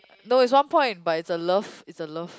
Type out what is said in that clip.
no is one point but is a love is a love